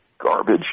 garbage